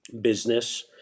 business